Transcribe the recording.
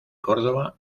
córdoba